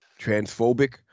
transphobic